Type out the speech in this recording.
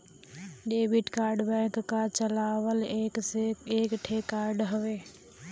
debit card bank क चलावल एक ठे कार्ड हौ